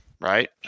right